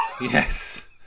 Yes